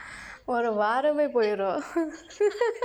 ஒரு வாரமே போயிடும்:oru vaaramee pooyidum